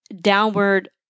downward